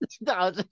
no